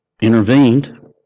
intervened